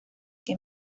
que